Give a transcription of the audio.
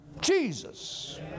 Jesus